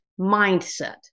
mindset